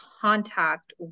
contact